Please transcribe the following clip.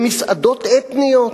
במסעדות אתניות,